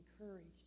encouraged